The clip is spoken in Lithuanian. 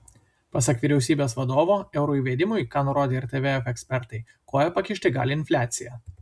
pasak vyriausybės vadovo euro įvedimui ką nurodė ir tvf ekspertai koją pakišti gali infliacija